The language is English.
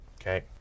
Okay